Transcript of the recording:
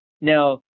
now